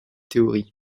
théories